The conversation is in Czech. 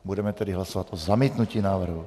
Budeme tedy hlasovat o zamítnutí návrhu.